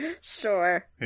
Sure